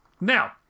Now